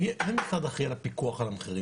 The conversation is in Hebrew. מי המשרד האחראי על פיקוח על המחירים?